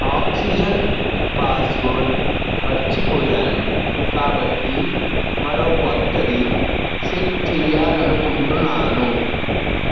oxygen password మర్చిపోయాను కాబట్టి మరో కొత్తది సెట్ చెయ్యాలి అనుకుంటున్నాను